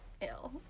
ill